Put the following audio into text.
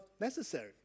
necessary